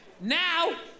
Now